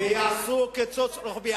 ויעשו קיצוץ רוחבי.